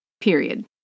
period